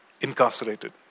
Incarcerated